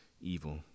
evil